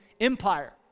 Empire